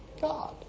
God